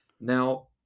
now